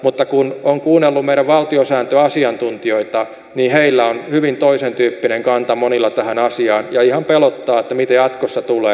mutta kun on kuunnellut meidän valtiosääntöasiantuntijoita niin heillä on hyvin toisen tyyppinen kanta monilla tähän asiaan ja ihan pelottaa että mitä jatkossa tulee